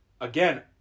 again